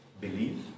believe